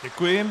Děkuji.